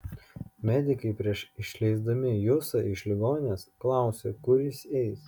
medikai prieš išleisdami jusą iš ligoninės klausė kur jis eis